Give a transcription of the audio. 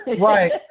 Right